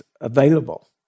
available